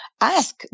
Ask